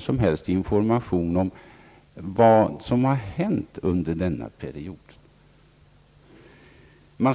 som helst information om vad som hänt under den aktuella perioden.